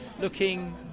looking